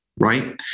Right